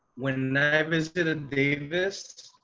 when i visited ah davis.